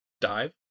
Dive